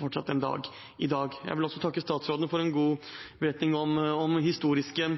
fortsatt nyter den dag i dag. Jeg vil også takke statsråden for en god beretning om historiske